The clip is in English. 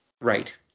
Right